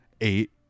eight